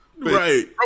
Right